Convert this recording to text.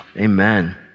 Amen